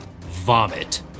vomit